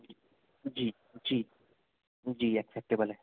जी जी जी एक्सेप्टेबल है